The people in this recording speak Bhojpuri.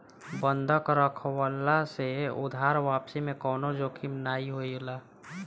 बंधक रखववला से उधार वापसी में कवनो जोखिम नाइ होला